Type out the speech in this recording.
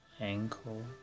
ankle